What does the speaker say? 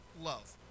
Love